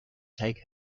take